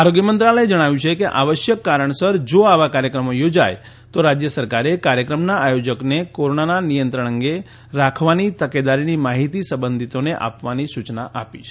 આરોગ્ય મંત્રાલયે જણાવ્યું છે કે આવશ્યક કારણસર જો આવા કાર્યક્રમો યોજાય તો રાજ્ય સરકારોએ કાર્યક્રમના આયોજકોને કોરોનાના નિયંત્રણ અંગે રાખવાની તકેદારીની માહિતી સંબંધીતોને આપવાની સૂચના આપી છે